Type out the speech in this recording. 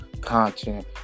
content